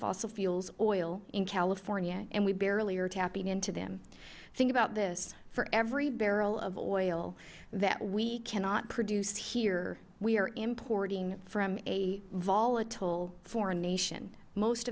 fossil fuels oil in california and we barely are tapping into them think about this for every barrel of oil that we cannot produce here we are importing from a volatile foreign nation most